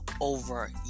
over